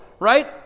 right